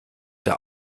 der